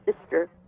sister